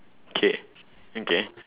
okay okay